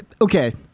okay